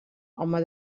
home